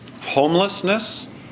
Homelessness